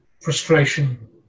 frustration